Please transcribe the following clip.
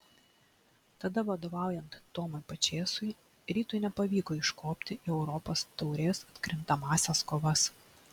tada vadovaujant tomui pačėsui rytui nepavyko iškopti į europos taurės atkrintamąsias kovas